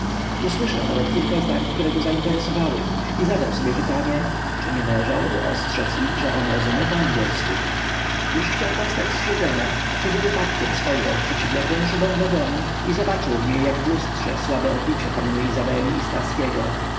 usłyszał nawet kilka zdań które go zainteresowały i zadał sobie pytanie czy nie należałoby ostrzedz ich że on rozumie po angielsku już chciał powstać z siedzenia kiedy wypadkiem spojrzał w przeciwległą szybę wagonu i zobaczył w niej jak w lustrze słabe odbicie panny izabeli i starskiego